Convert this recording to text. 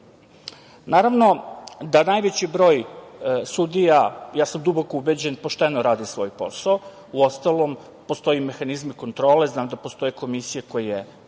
Naravno da najveći broj sudija, ja sam duboko ubeđen, pošteno radi svoj posao. Uostalom, postoje i mehanizmi kontrole, znam da postoje komisije koje